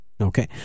Okay